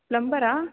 பிளம்பரா